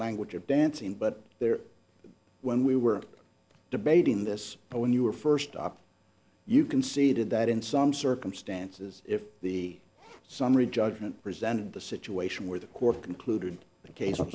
language of dancing but there when we were debating this but when you were first up you conceded that in some circumstances if the summary judgment presented the situation where the court concluded a case of